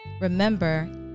Remember